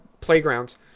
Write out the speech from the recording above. playgrounds